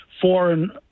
foreign